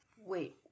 Wait